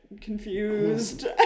confused